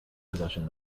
possession